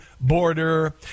border